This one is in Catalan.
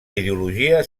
ideologia